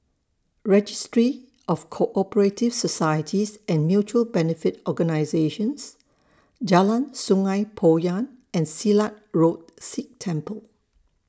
Registry of Co Operative Societies and Mutual Benefit Organisations Jalan Sungei Poyan and Silat Road Sikh Temple